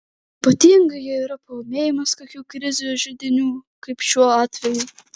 ypatingai jei yra paūmėjimas kokių krizių židinių kaip šiuo atveju